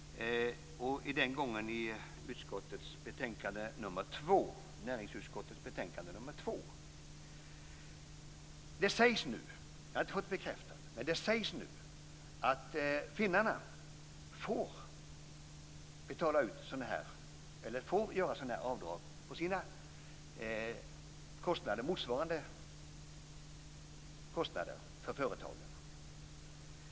Den gången debatterade vi näringsutskottets betänkande nr 2. Det sägs nu - jag har inte fått det bekräftat - att finnarna får göra sådana avdrag på motsvarande kostnader för sina företag.